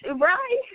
Right